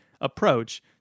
approach